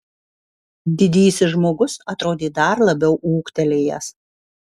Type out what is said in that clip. didysis žmogus atrodė dar labiau ūgtelėjęs